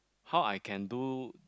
how I can do